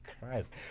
Christ